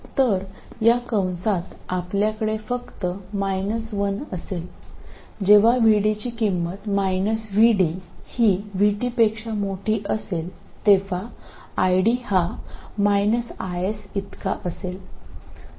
तर या कंसात आपल्याकडे फक्त 1 असेल जेव्हा VD ची किंमत VD ही Vt पेक्षा मोठी असेल तेव्हा ID हा IS इतका असेल